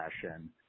session